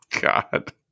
God